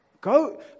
Go